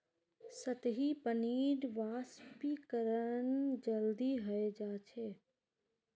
सतही पानीर वाष्पीकरण जल्दी हय जा छे